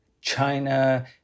China